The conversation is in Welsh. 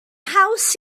haws